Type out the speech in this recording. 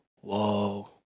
Whoa